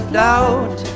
doubt